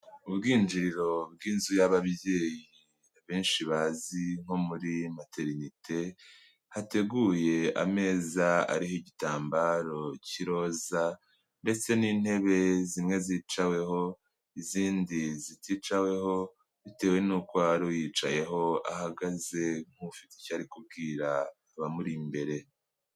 Ubwinjiriro bw'inzu y'ababyeyi benshi bazi nko muri materinite, hateguye ameza ariho igitambaro cy'iroza ndetse n'intebe zimwe zicaweho izindi ziticaweho, bitewe n'uko hari uyicayeho ahagaze nk'ufite icyo ari kubwira abamuri imbere.